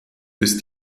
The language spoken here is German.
bis